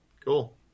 Cool